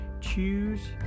Choose